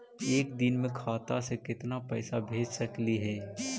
एक दिन में खाता से केतना पैसा भेज सकली हे?